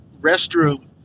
restroom